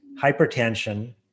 hypertension